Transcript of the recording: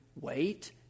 wait